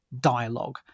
dialogue